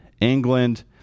England